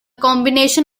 combination